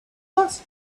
first